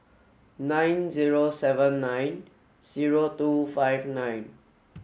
nine zero seven nine zero two five nine